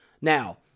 now